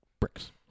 bricks